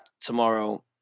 tomorrow